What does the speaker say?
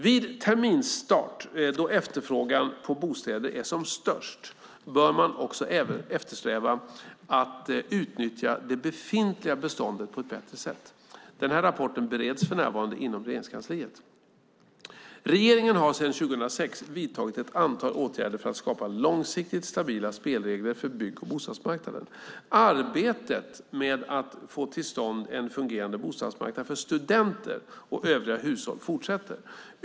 Vid terminsstart, då efterfrågan på bostäder är som störst, bör man även eftersträva att utnyttja det befintliga beståndet på ett bättre sätt. Rapporten bereds för närvarande inom Regeringskansliet. Regeringen har sedan 2006 vidtagit ett antal åtgärder för att skapa långsiktigt stabila spelregler för bygg och bostadsmarknaden. Arbetet med att få till stånd en fungerade bostadsmarknad för studenter och övriga hushåll fortsätter.